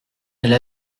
elle